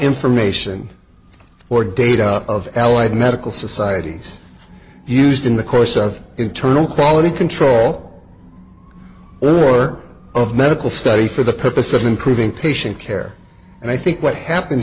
information or data of allied medical societies used in the course of internal quality control or of medical study for the purpose of improving patient care and i think what happened